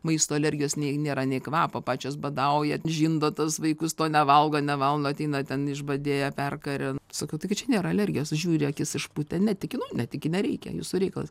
maisto alergijos nei nėra nei kvapo pačios badaujat žindot tuos vaikus to nevalgo nevalgo ateina ten išbadėję perkarę sakau taigi čia nėra alergijos žiūri akis išpūtę netiki nu netiki nereikia jūsų reikalas